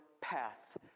path